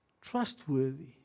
trustworthy